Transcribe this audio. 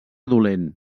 dolent